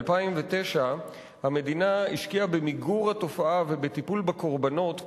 ב-2009 המדינה השקיעה במיגור התופעה ובטיפול בקורבנות,